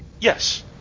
Yes